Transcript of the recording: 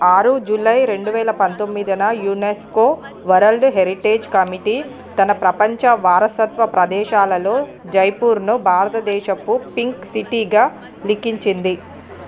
ఆరు జూలై రెండు వేల పంతొమ్మిదిన యునెస్కో వరల్డ్ హెరిటేజ్ కమిటీ తన ప్రపంచ వారసత్వ ప్రదేశాలలో జైపూర్ను భారతదేశపు పింక్ సిటీగా లిఖించింది